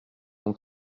ont